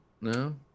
No